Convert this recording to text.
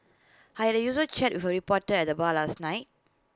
I had A usual chat with A reporter at the bar last night